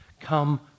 come